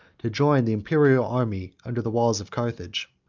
to join the imperial army under the walls of carthage.